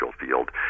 field